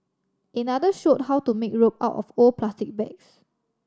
another showed how to make rope out of old plastic bags